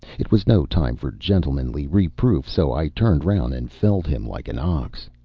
it was no time for gentlemanly reproof, so i turned round and felled him like an ox.